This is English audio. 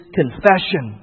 confession